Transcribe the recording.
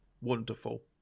wonderful